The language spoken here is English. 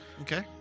Okay